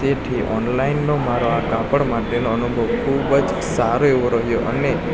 તેથી ઓનલાઇનનો મારો આ કાપડ માટેનો અનુભવ ખૂબ જ સારો એવો રહ્યો અને